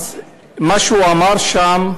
מה שהוא אמר שם,